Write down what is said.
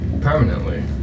Permanently